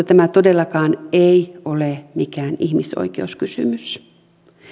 tämä todellakaan ei ole mikään ihmisoikeuskysymys